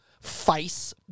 face